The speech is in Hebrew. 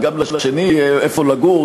וגם לשני יהיה איפה לגור,